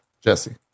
Jesse